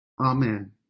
Amen